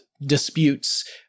disputes